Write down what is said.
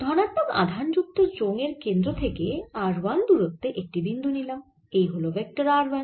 ধনাত্মক আধান যুক্ত চোঙ এর কেন্দ্র থেকে r 1 দূরত্বে একটি বিন্দু নিলাম এই হল ভেক্টর r 1